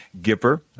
Gipper